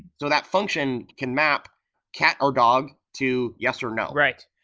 so that function can map cat or dog to yes or no. right.